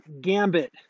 gambit